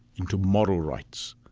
into moral rights,